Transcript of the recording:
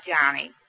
Johnny